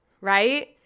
right